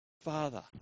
Father